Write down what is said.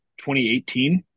2018